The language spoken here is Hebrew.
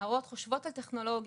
נערות חושבות על טכנולוגיה,